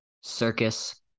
circus